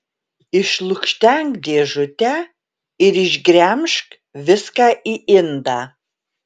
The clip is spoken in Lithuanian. išlukštenk dėžutę ir išgremžk viską į indą